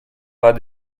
pas